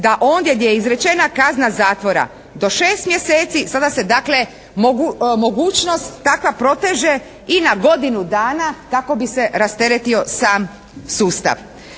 da ondje gdje je izrečena kazna zatvora do 6 mjeseci, sada se dakle mogućnost takva proteže i na godinu dana kako bi se rasteretio sam sustav.